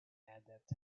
adept